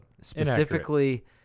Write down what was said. specifically